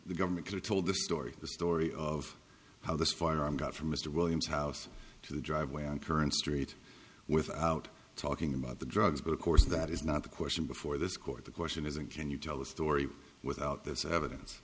the government could have told the story the story of how this firearm got from mr williams house to the driveway on current street without talking about the drugs but of course that is not the question before this court the question isn't can you tell the story without this evidence